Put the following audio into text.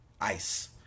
Ice